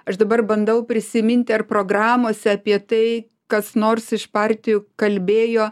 aš dabar bandau prisiminti ar programose apie tai kas nors iš partijų kalbėjo